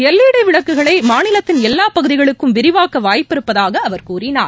LED விளக்குகளை மாநிலத்தின் எல்லா பகுதிகளுக்கும் விரிவாக்க வாய்ப்பிருப்பதாகக் கூறினார்